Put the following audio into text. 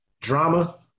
drama